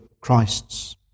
Christ's